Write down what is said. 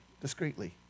discreetly